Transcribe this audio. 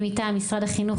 מי מטעם משרד החינוך,